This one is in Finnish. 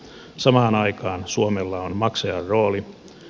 samaan aikaan suomella on maksajan rooli